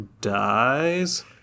dies